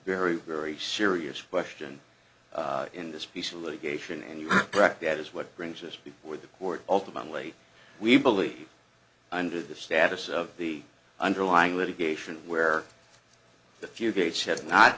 very very serious question in this piece of litigation and you correct that is what brings us with the court ultimately we believe under the status of the underlying litigation where the few gateshead not